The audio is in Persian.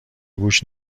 گوش